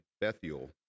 Bethuel